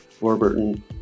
warburton